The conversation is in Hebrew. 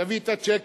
תביא את הצ'קים,